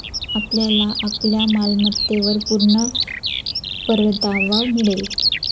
आपल्याला आपल्या मालमत्तेवर पूर्ण परतावा मिळेल